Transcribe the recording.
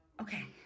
Okay